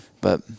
But-